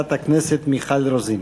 חברת הכנסת מיכל רוזין.